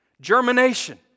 Germination